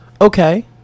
Okay